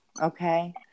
okay